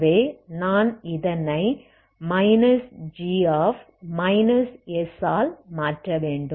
ஆகவே நான் இதனை gஆல் மாற்ற வேண்டும்